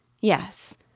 Yes